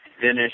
finish